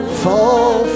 fall